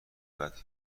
بعد